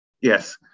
Yes